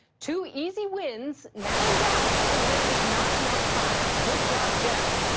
two easy wins now in doubt because there is not enough time. good job, jeff.